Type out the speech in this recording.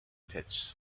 pits